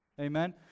Amen